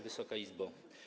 Wysoka Izbo!